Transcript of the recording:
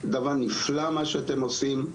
דבר נפלא מה שאתם עושים,